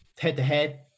head-to-head